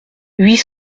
huit